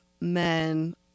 men